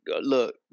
look